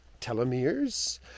Telomeres